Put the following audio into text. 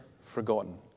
forgotten